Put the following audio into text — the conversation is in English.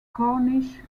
cornish